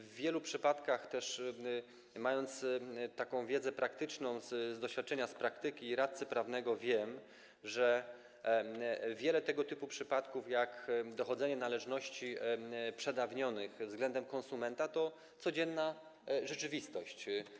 W wielu przypadkach też, mając taką wiedzę praktyczną z doświadczenia, z praktyki radcy prawnego to wiem, wiele tego typu przypadków, jak dochodzenia należności przedawnionych względem konsumenta, to codzienna rzeczywistość.